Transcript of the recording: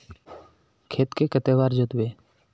खेत के कते बार जोतबे?